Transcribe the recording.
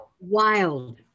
wild